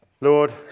Lord